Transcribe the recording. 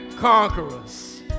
conquerors